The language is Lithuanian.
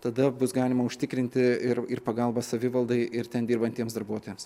tada bus galima užtikrinti ir ir pagalbą savivaldai ir ten dirbantiems darbuotojams